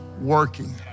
working